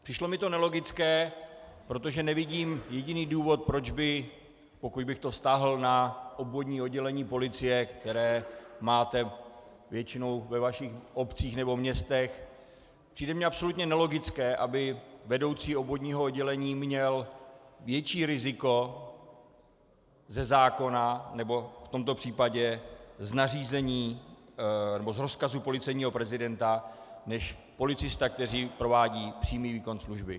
Přišlo mi to nelogické, protože nevidím jediný důvod, proč by, pokud bych to vztáhl na obvodní oddělení policie, které máte většinou ve vašich obcích nebo městech, přijde mi absolutně nelogické, aby vedoucí obvodního oddělení měl větší riziko ze zákona, nebo v tomto případě z nařízení nebo z rozkazu policejního prezidenta, než policista, který provádí přímý výkon služby.